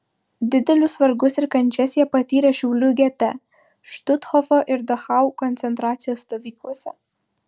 didelius vargus ir kančias jie patyrė šiaulių gete štuthofo ir dachau koncentracijos stovyklose